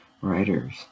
writers